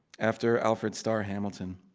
after alfred starr hamilton